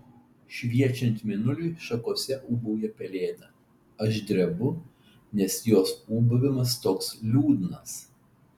šviečiant mėnuliui šakose ūbauja pelėda aš drebu nes jos ūbavimas toks liūdnas